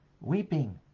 weeping